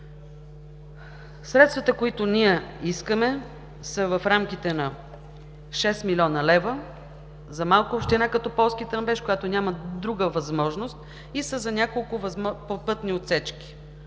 Средствата, които искаме са в рамките на 6 млн. лв. за малка община като Полски Тръмбеш, която няма друга възможност, и са за няколко пътни отсечки: